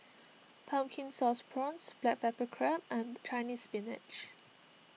Pumpkin Sauce Prawns Black Pepper Crab and Chinese Spinach